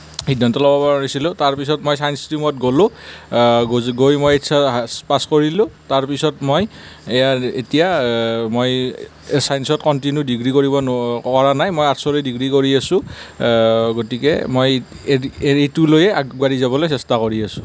সিদ্ধান্ত ল'ব পৰা নাছিলোঁ তাৰপিছত মই ছাইঞ্চ ষ্ট্ৰিমত গলোঁ গৈ মই এইচ এছ পাছ কৰিলোঁ তাৰপিছত মই এ এতিয়া মই ছাইঞ্চত কনটিনিও ডিগ্ৰী কৰিব নো কৰা নাই মই আৰ্টচৰে ডিগ্ৰী কৰি আছোঁ গতিকে মই এইটো লৈয়ে আগবাঢ়ি যাবলৈ চেষ্টা কৰি আছোঁ